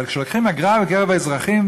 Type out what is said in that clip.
אבל כשלוקחים אגרה מקרב האזרחים,